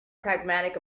pragmatic